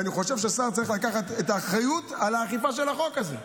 ואני חושב שהשר צריך לקחת את האחריות על האכיפה של החוק הזה.